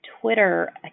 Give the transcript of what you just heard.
Twitter